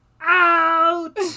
out